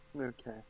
okay